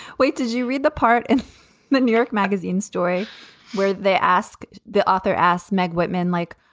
wait, did you read the part in the new york magazine story where they ask the author asks meg whitman, like,